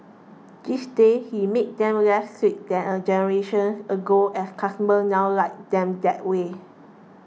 these days he makes them less sweet than a generation ago as customers now like them that way